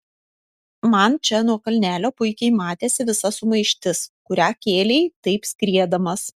man čia nuo kalnelio puikiai matėsi visa sumaištis kurią kėlei taip skriedamas